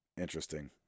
interesting